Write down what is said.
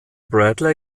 bradley